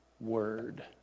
word